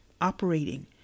operating